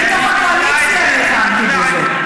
אני מתוך הקואליציה נלחמתי בזה.